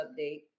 update